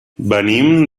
venim